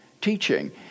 teaching